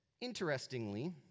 interestingly